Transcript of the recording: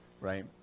right